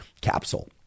capsule